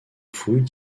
fouilles